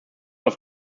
auf